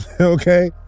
okay